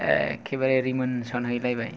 एखेबारे रिमोनसोन हैलायबाय